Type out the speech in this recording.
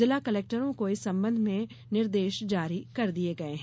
जिला कलेक्टरों को इस संबंध में निर्देष जारी कर दिये गये हैं